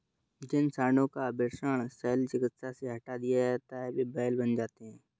जिन साँडों का वृषण शल्य चिकित्सा से हटा दिया जाता है वे बैल बन जाते हैं